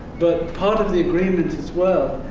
but part of the agreement, as well,